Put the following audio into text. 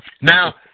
Now